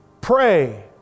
pray